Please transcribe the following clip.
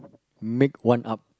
make one up